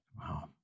Wow